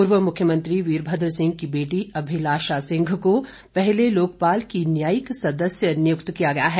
पूर्व मुख्यमंत्री वीरभद्र सिंह की बेटी अभिलाषा सिंह को पहले लोकपाल की न्यायिक सदस्य नियुक्त किया गया है